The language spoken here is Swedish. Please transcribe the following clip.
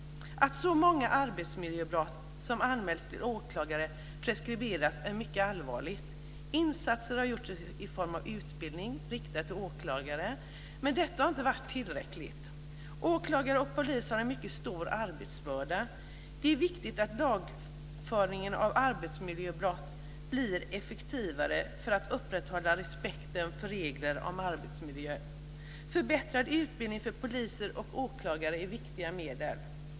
Att så många arbetsmiljöbrott som anmälts till åklagare preskriberas är mycket allvarligt. Insatser har gjorts i form av utbildning riktad till åklagare, men detta har inte varit tillräckligt. Åklagare och polis har en mycket stor arbetsbörda. Det är viktigt att lagföringen av arbetsmiljöbrott blir effektivare för att upprätthålla respekten för reglerna om arbetsmiljö. Förbättrad utbildning för poliser och åklagare är viktiga medel.